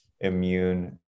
immune